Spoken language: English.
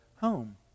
home